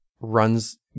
runs